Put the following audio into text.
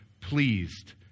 pleased